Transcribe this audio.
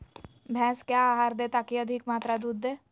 भैंस क्या आहार दे ताकि अधिक मात्रा दूध दे?